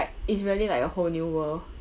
it's really like a whole new world